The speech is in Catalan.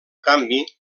canvi